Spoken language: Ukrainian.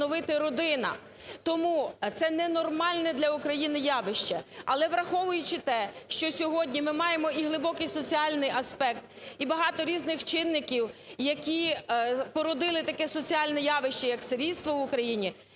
Тому це ненормальне для України явище. Але, враховуючи те, що сьогодні ми маємо і глибокий соціальний аспект, і багато різних чинників, які породили таке соціальне явище, як сирітство в Україні,